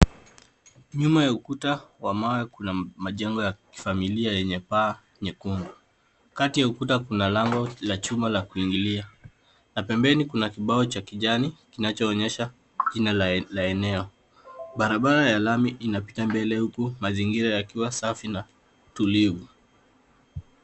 Nyuma ya ukuta wa mawe kuna majengo ya kifamilia yenye paa nyekundu. Kati ya ukuta kuna lango la chuma la kuingilia. Na pembenni kuna kibao cha kijani, kinacho onyesha jina la eneo. Barabara ya lami inapita mbele huku mazingira yakiwa safi na tulivu.